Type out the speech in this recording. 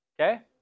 Okay